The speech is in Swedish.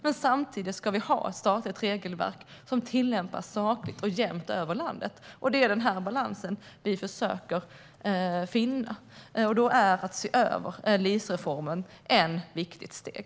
Men samtidigt ska vi ha ett statligt regelverk som tillämpas sakligt och jämnt över landet, och det är den balansen vi försöker finna. Då är översynen av LIS-reformen ett viktigt steg.